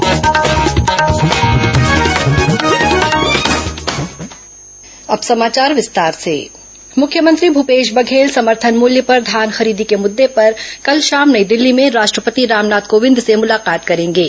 कांग्रेस बैठक मुख्यमंत्री भूपेश बघेल समर्थन मूल्य पर धान खरीदी के मुद्दे पर कल शाम नई दिल्ली में राष्ट्रपति रामनाथ कोविंद से मुलाकात करेंगे